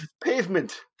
pavement